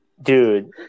Dude